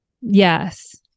yes